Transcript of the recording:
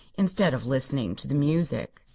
instead of listening to the music.